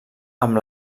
amb